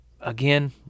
again